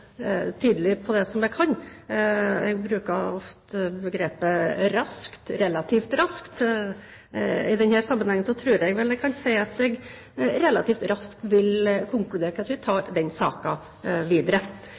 som jeg kan. Jeg bruker ofte begrepet «raskt», «relativt raskt». I denne sammenhengen tror jeg at jeg kan si at jeg relativt raskt vil konkludere med at vi tar den saken videre.